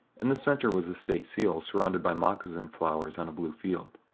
in the center was the state seal surrounded by moccasin flowers on a blue field.